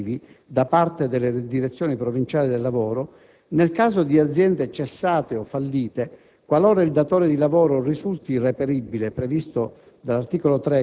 da parte delle Direzioni provinciali del lavoro, nel caso di aziende cessate o fallite, qualora il datore di lavoro risulti irreperibile (come previsto